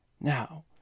Now